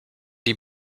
die